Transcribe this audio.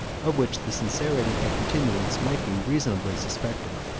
of which the sincerity and continuance might be reasonably suspected.